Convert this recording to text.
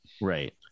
Right